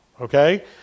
Okay